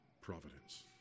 Providence